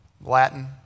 Latin